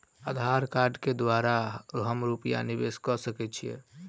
आधार कार्ड केँ द्वारा हम रूपया निवेश कऽ सकैत छीयै?